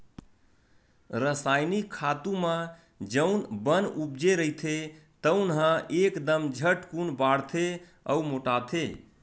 रसायनिक खातू म जउन बन उपजे रहिथे तउन ह एकदम झटकून बाड़थे अउ मोटाथे